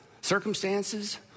circumstances